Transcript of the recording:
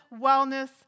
wellness